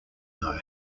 know